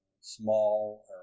small